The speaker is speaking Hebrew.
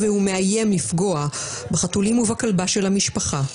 התופעה מתמשכת.